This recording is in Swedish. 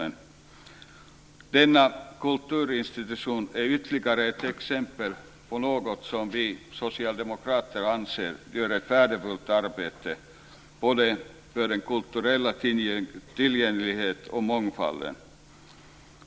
Men denna kulturinstitution är ytterligare ett exempel på en verksamhet som vi socialdemokrater anser gör ett värdefullt arbete både för den kulturella tillgängligheten och för mångfalden.